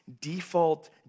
default